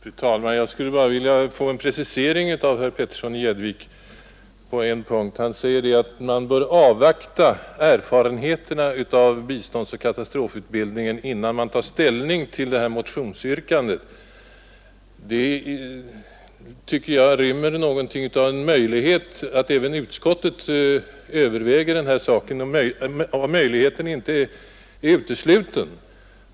Fru talman! Jag vill bara be om en precisering av herr Petersson i Gäddvik på en enda punkt. Han säger att man bör avvakta erfarenheterna av biståndsoch. katastrofutbildningen innan man tar ställning till utredningsyrkandet om u-landstjänst som alternativ till värnpliktstjänstgöring. Detta uttalande tycks mig innebära att utskottet positivt övervägt denna fråga och att möjligheten att detta skall acceptera motionsyrkandet längre fram inte är utesluten.